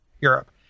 Europe